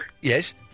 Yes